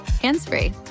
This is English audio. hands-free